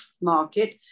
market